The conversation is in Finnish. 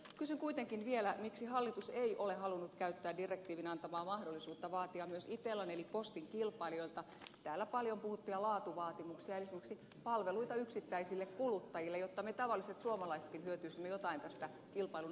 kysyn kuitenkin vielä miksi hallitus ei ole halunnut käyttää direktiivin antamaa mahdollisuutta vaatia myös itellan eli postin kilpailijoilta täällä paljon puhuttuja laatuvaatimuksia eli esimerkiksi palveluita yksittäisille kuluttajille jotta me tavalliset suomalaisetkin hyötyisimme jotain tästä kilpailun avaamisesta